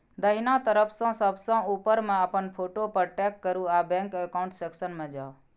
दाहिना तरफ सबसं ऊपर मे अपन फोटो पर टैप करू आ बैंक एकाउंट सेक्शन मे जाउ